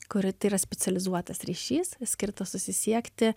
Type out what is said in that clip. kuri tai yra specializuotas ryšys skirtas susisiekti